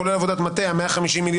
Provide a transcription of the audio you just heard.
כולל עבודת מטה על 150,000,000,